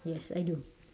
yes I do